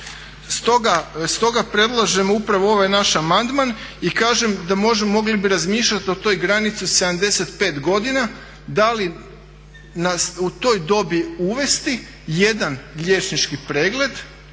Stoga predlažemo upravo ovaj naš amandman i kažem da mogli bi razmišljat o toj granici 75 godina da li u toj dobi uvesti jedan liječnički pregled